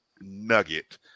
nugget